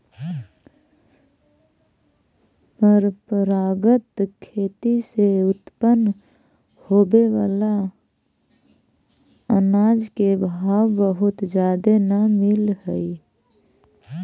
परंपरागत खेती से उत्पन्न होबे बला अनाज के भाव बहुत जादे न मिल हई